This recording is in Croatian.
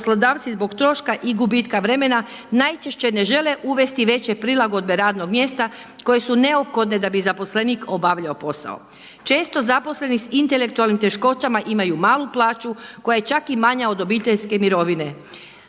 poslodavac zbog posla i gubitka vremena najčešće ne žele uvesti veće prilagodbe radnog mjesta koje su neophodne da bi zaposlenik obavljao posao. Često zaposleni s intelektualnim teškoćama imaju malo plaću koja je čak i manja od obiteljske mirovine